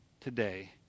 today